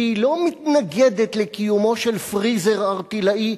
והיא לא מתנגדת לקיומו של פריזר ערטילאי,